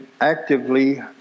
actively